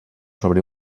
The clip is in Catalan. sobre